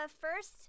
first